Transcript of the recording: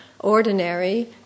Ordinary